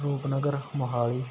Rupnagar Mohali